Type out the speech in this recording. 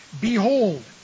Behold